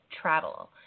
Travel